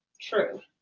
true